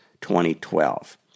2012